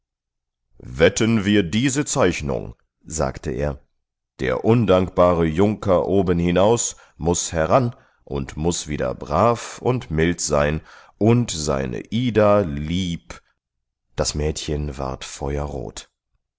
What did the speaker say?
wetten wir diese zeichnung sagte er der undankbare junker obenhinaus muß heran und muß wieder brav und mild sein und seine ida lieb das mädchen ward feuerrot